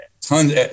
tons